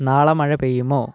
നാളെ മഴ പെയ്യുമോ